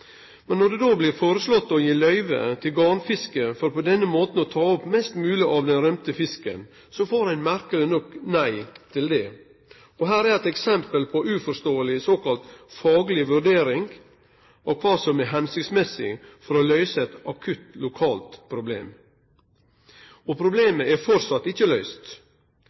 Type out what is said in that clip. Men når det då blir foreslått å gi løyve til garnfiske, for på denne måten å ta opp mest mogleg av den rømte fisken, får ein merkeleg nok nei til det. Her er eit eksempel på uforståeleg såkalla fagleg vurdering og kva som er hensiktsmessig for å løyse eit akutt lokalt problem. Problemet er framleis ikkje løyst.